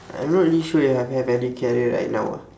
I not really sure I if have any career right now ah